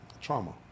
trauma